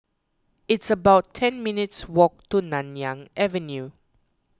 it's about ten minutes' walk to Nanyang Avenue